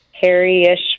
Hairy-ish